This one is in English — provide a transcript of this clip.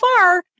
far